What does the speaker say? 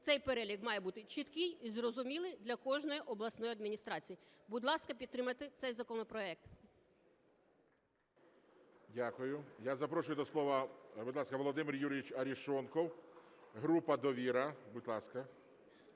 цей перелік має бути чіткий і зрозумілий для кожної обласної адміністрації. Будь ласка, підтримайте цей законопроект. ГОЛОВУЮЧИЙ. Дякую. Я запрошую до слова, будь ласка, Володимир Юрійович Арешонков, група "Довіра". Будь ласка.